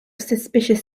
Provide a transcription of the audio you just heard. suspicious